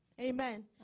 Amen